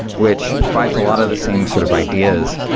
which provides a lot of the same sort of ideas,